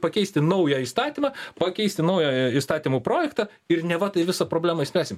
pakeisti naują įstatymą pakeisti naujojo įstatymo projektą ir neva tai visą problemą išspręsim